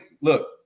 look